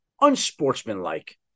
unsportsmanlike